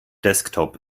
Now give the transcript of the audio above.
desktop